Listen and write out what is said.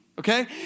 okay